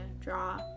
draw